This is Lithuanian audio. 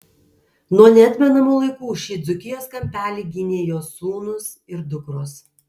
nuo neatmenamų laikų šį dzūkijos kampelį gynė jos sūnūs ir dukros